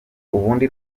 ubundi